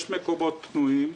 יש מקומות פנויים.